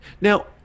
now